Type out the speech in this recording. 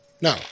No